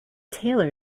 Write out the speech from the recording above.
tailor